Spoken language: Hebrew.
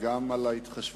תודה רבה גם על ההתחשבות.